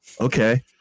Okay